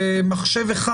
לעקל.